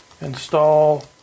install